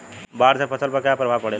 बाढ़ से फसल पर क्या प्रभाव पड़ेला?